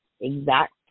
exact